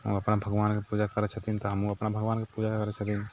ओ अपना भगवानके पूजा करै छथिन्ह तऽ हमहुँ अपना भगवानके पूजा करै छथिन्ह